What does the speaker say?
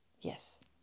Yes